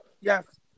Yes